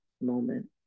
moment